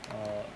err